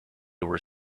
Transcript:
were